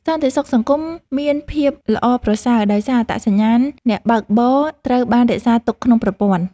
សន្តិសុខសង្គមមានភាពល្អប្រសើរ ដោយសារអត្តសញ្ញាណអ្នកបើកបរត្រូវបានរក្សាទុកក្នុងប្រព័ន្ធ។